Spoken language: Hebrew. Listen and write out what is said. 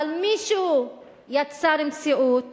אבל מישהו יצר מציאות